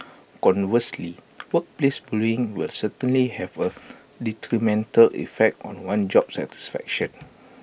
conversely workplace bullying will certainly have A detrimental effect on one's job satisfaction